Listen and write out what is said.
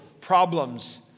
problems